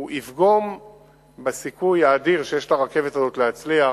יפגמו בסיכוי האדיר שיש לרכבת הזאת להצליח